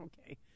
Okay